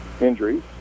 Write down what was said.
injuries